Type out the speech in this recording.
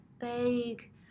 big